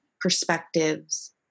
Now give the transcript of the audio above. perspectives